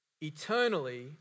eternally